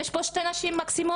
יש פה שתי נשים מקסימות,